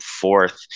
fourth